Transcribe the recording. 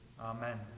Amen